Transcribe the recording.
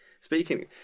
Speaking